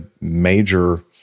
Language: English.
major